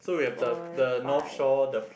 four five